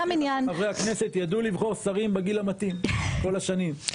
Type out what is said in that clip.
חברי הכנסת ידעו לבחור שרים בגיל המתאים כל השנים.